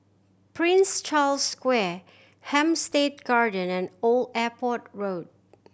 Prince Charles Square Hampstead Garden and Old Airport Road